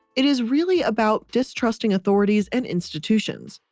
it is really about distrusting authorities and institutions.